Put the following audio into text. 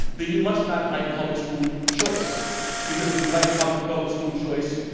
then you must not like public school choice because if you like public public school choice,